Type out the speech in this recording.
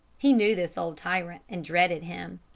he knew this old tyrant and dreaded him.